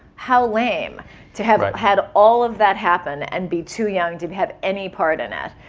how lame to have had all of that happen and be too young to have any part in it?